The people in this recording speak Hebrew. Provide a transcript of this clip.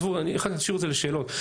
תשאירו את זה לשאלות.